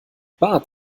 bart